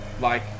Like-